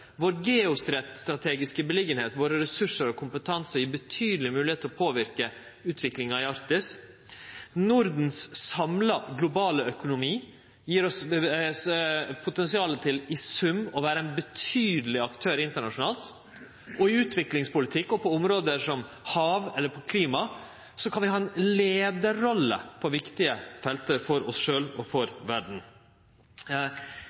vår, ressursane våre og kompetansen vår gjev oss ei betydeleg moglegheit til å påverke utviklinga i Arktis. Nordens samla globale økonomi gjev oss potensial til i sum å vere ein betydeleg aktør internasjonalt og i utviklingspolitikk, og på område som hav eller klima kan vi ha ei leiarrolle på viktige felt for oss sjølve og for